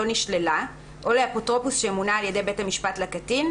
נשללה או לאפוטרופוס שמונה על ידי בית המשפט לקטין,